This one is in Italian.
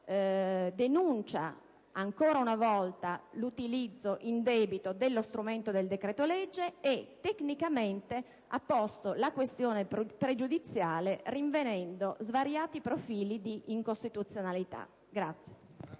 denuncia ancora una volta l'utilizzo indebito dello strumento del decreto-legge e tecnicamente pone la questione pregiudiziale rinvenendo svariati profili di incostituzionalità.